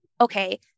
okay